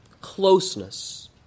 Closeness